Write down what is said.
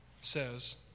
says